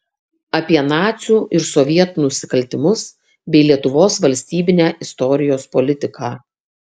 apie nacių ir sovietų nusikaltimus bei lietuvos valstybinę istorijos politiką